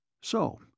So